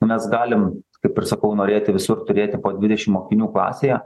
mes galim kaip ir sakau norėti visur turėti po dvidešim mokinių klasėje